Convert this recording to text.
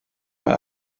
mae